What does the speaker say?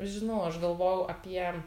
žinau aš galvojau apie